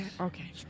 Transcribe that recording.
Okay